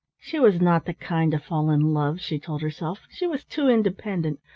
she was not the kind to fall in love, she told herself, she was too independent,